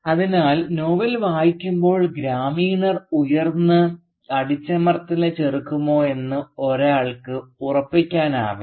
അതിനാൽ നോവൽ വായിക്കുമ്പോൾ ഗ്രാമീണർ ഉയർന്ന് അടിച്ചമർത്തലിനെ ചെറുക്കുമോ എന്ന് ഒരാൾക്ക് ഉറപ്പിക്കാനാവില്ല